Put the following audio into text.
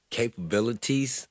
capabilities